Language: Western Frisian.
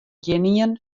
gjinien